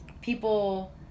people